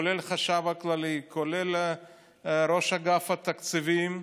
כולל החשב הכללי, כולל ראש אגף התקציבים,